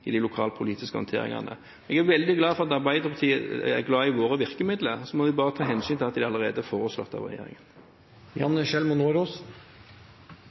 i de lokalpolitiske håndteringene. Jeg er veldig glad for at Arbeiderpartiet er glad i våre virkemidler. Så må vi bare ta hensyn til at de allerede er foreslått av regjeringen.